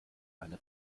eine